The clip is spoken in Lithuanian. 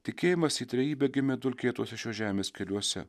tikėjimas į trejybę gimė dulkėtuose šios žemės keliuose